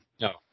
No